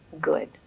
good